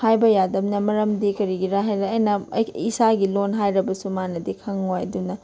ꯍꯥꯏꯕ ꯌꯥꯗꯕꯅꯤꯅ ꯃꯔꯝꯗꯤ ꯀꯔꯤꯒꯤꯔꯥ ꯍꯥꯏꯔꯒ ꯑꯩꯅ ꯑꯩ ꯏꯁꯥꯒꯤ ꯂꯣꯟ ꯍꯥꯏꯔꯕꯁꯨ ꯃꯥꯅꯗꯤ ꯈꯪꯉꯣꯏ ꯑꯗꯨꯅ